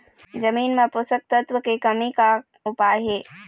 जमीन म पोषकतत्व के कमी का उपाय हे?